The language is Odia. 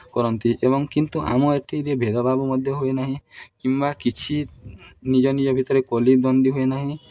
କରନ୍ତି ଏବଂ କିନ୍ତୁ ଆମ ଏଠାରେ ଭେଦଭାବ ମଧ୍ୟ ହୁଏ ନାହିଁ କିମ୍ବା କିଛି ନିଜ ନିଜ ଭିତରେ କଳି ଦନ୍ଦୀ ହୁଏ ନାହିଁ